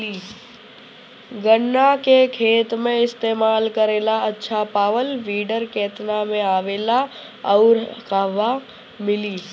गन्ना के खेत में इस्तेमाल करेला अच्छा पावल वीडर केतना में आवेला अउर कहवा मिली?